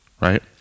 Right